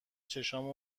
چشمام